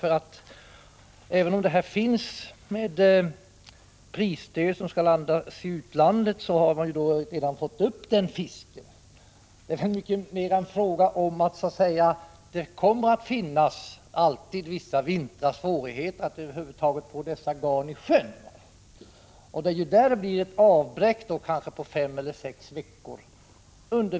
Det finns ett prisstöd för fisk som måste landas i utlandet — men det gäller ju fisk som man redan har fått upp. Frågan gäller mer att det alltid under vissa vintrar kommer att finnas svårigheter att över huvud taget sätta garn i sjön, och då blir det ett avbräck på kanske fem sex veckor.